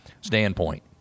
standpoint